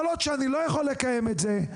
כל עוד שאני לא יכול לקיים את זה,